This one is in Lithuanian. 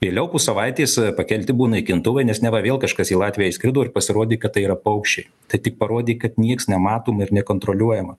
vėliau po savaitės pakelti buvo naikintuvai nes neva vėl kažkas į latviją įskrido ir pasirodė kad tai yra paukščiai tai tik parodė kad nieks nematoma ir nekontroliuojama